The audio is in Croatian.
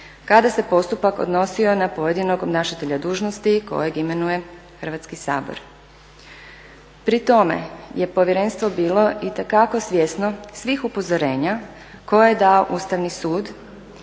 kada se postupak odnosio na pojedinog obnašatelja dužnosti kojeg imenuje Hrvatski sabor. Pri tome je Povjerenstvo bilo itekako svjesno svih upozorenja koje je dao Ustavni sud